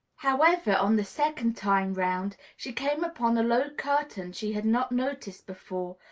however, on the second time round, she came upon a low curtain she had not noticed before,